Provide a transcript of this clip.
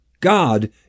God